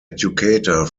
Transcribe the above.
educator